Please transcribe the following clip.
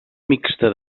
mixta